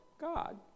God